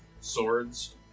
swords